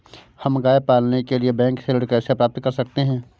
हम गाय पालने के लिए बैंक से ऋण कैसे प्राप्त कर सकते हैं?